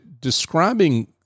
describing